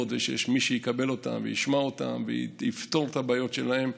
ושיש מי שיקבל אותם וישמע אותם ויפתור את הבעיות שלהם,